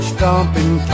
Stomping